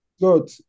Good